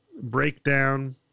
breakdown